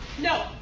No